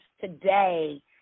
today